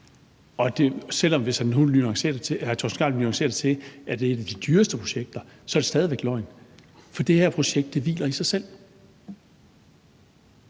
Selv om hr. Torsten Gejl nuancerer det til, at det er et af de dyreste projekter, er det stadig væk løgn, for det her projekt hviler i sig selv.